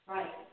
Right